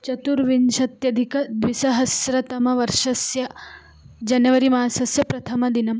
चतुर्विंशत्यधिक द्विसहस्रतमवर्षस्य जनवरि मासस्य प्रथमदिनम्